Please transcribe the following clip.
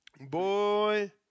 Boy